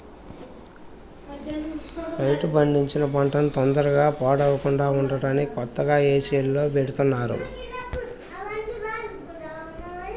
రైతు పండించిన పంటన తొందరగా పాడవకుండా ఉంటానికి కొత్తగా ఏసీల్లో బెడతన్నారుగా